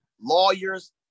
lawyers